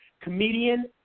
comedian